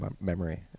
memory